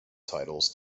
titles